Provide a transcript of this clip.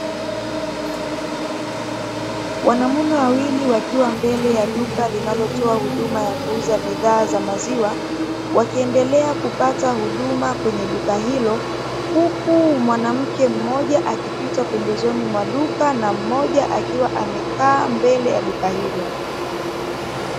Wanamume wawili wakiwa mbele ya duka linalotoa huduma ya kuuza bidhaa za maziwa, wakiendelea kupata huduma kwenye duka hilo, huku mwanamke mmoja akipita pembezoni mwa duka na mmoja akiwa amekaa mbele ya duka hilo.